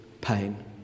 pain